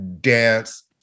dance